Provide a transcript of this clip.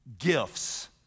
gifts